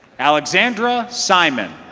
alexandra simon.